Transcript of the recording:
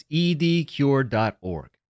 edcure.org